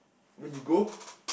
where you go